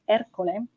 Ercole